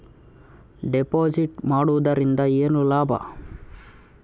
Deposit ಮಾಡುದರಿಂದ ಏನು ಲಾಭ?